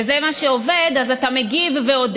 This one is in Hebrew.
וזה מה שעובד, ואז אתה מגיב והודף.